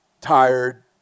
tired